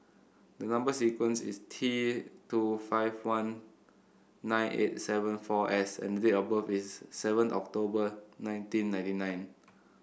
the number sequence is T two five one nine eight seven four S and date of birth is seven October nineteen ninety nine